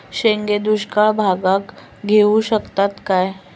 शेंगे दुष्काळ भागाक येऊ शकतत काय?